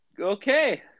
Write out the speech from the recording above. okay